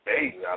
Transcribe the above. Hey